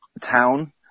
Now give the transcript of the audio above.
town